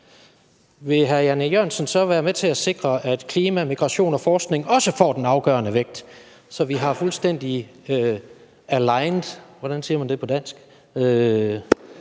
vil hr. Jan E. Jørgensen så være med til at sikre, at klima, migration og forskning også får den afgørende vægt, så vi er fuldstændig aligned – hvordan siger man det på dansk? –